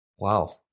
Wow